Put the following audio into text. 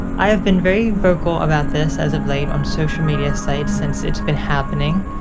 i have been very vocal about this as of late on social media sites since it's been happening.